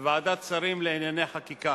בוועדת שרים לענייני חקיקה.